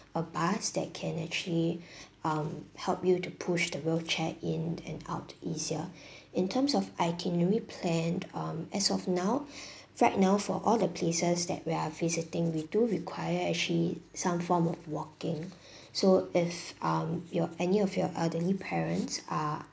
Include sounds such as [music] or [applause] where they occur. a bus that can actually [breath] um help you to push the wheelchair in and out easier [breath] in terms of itinerary planned um as of now [breath] right now for all the places that we are visiting we do require actually some form of walking [breath] so if um your any of your elderly parents are